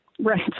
Right